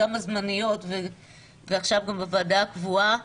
גם הזמניות ועכשיו גם בוועדה הקבועה,